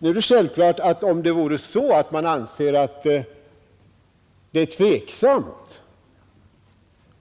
Om man anser det tveksamt